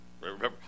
Remember